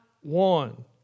one